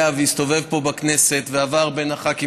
והסתובב פה בכנסת ועבר בין הח"כים.